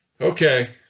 okay